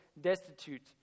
destitute